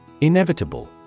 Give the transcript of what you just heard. Inevitable